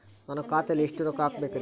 ನಾನು ಖಾತೆಯಲ್ಲಿ ಎಷ್ಟು ರೊಕ್ಕ ಹಾಕಬೇಕ್ರಿ?